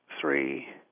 three